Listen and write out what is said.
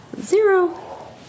Zero